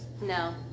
No